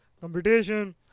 computation